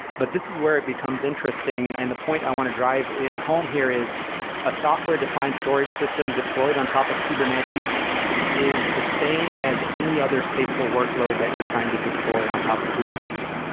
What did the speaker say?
but this is where it becomes interesting, and the point i want to drive home here is a software defined storage system deployed on top of kubernetes is the same as any other stateful workload that you're trying to deploy on top of kubernetes.